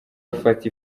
bafata